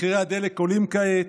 מחירי הדלק עולים כעת.